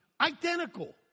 identical